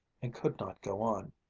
and could not go on.